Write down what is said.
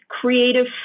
creative